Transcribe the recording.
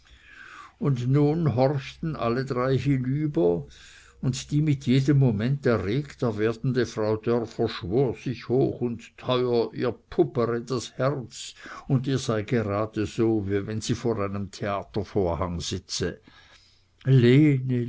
und nun horchten alle drei hinüber und die mit jedem moment erregter werdende frau dörr verschwor sich hoch und teuer ihr puppre das herz und ihr sei geradeso wie wenn sie vor einem theatervorhang sitze lene